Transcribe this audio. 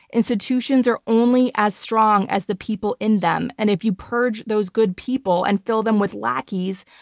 institutions are only as strong as the people in them. and if you purge those good people and fill them with lackeys,